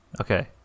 Okay